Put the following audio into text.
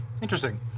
Interesting